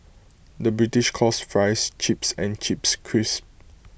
the British calls Fries Chips and Chips Crisps